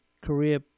career